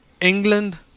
England